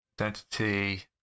identity